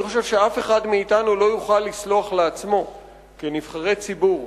אף אחד מאתנו, כנבחרי ציבור,